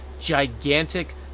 gigantic